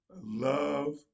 love